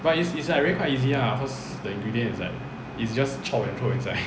but it's like it's really quite easy lah cause the ingredients is like it's just chop and throw inside